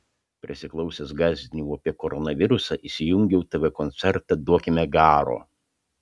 prisiklausęs gąsdinimų apie koronavirusą įsijungiau tv koncertą duokime garo